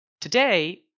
Today